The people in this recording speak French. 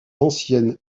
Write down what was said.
ancienne